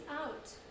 out